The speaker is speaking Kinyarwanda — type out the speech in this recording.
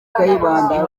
kayibanda